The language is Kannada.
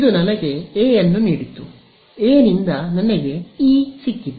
ಇದು ನನಗೆ ಎ ನೀಡಿತು ಎ ನಿಂದ ನನಗೆ ಇ ಸಿಕ್ಕಿತು